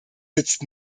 sitzt